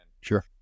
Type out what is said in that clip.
Sure